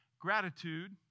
gratitude